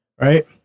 right